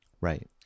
right